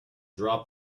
dropped